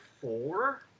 four